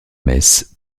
metz